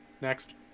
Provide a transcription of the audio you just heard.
Next